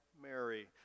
Mary